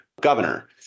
governor